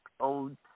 old